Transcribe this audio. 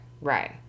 right